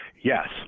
yes